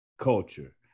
culture